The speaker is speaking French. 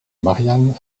marianne